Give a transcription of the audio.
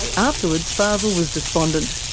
afterwards fazel was despondent.